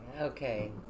Okay